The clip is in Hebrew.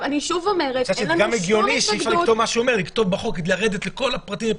גם הגיוני שאי אפשר בחוק לרדת לכל הפרטים,